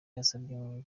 yasavye